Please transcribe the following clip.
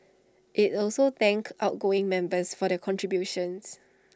IT also thanked outgoing members for their contributions